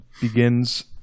begins